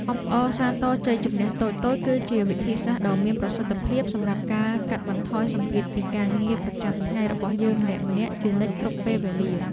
អបអរសាទរជ័យជម្នះតូចៗគឺជាវិធីសាស្ត្រដ៏មានប្រសិទ្ធភាពសម្រាប់ការកាត់បន្ថយសម្ពាធពីការងារប្រចាំថ្ងៃរបស់យើងម្នាក់ៗជានិច្ចគ្រប់ពេលវេលា។